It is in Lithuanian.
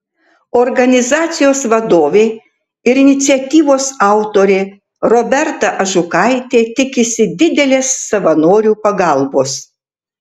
organizacijos vadovė ir iniciatyvos autorė roberta ažukaitė tikisi didelės savanorių pagalbos